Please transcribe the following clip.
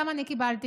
גם אני קיבלתי,